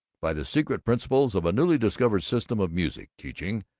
by the secret principles of a newly discovered system of music teaching,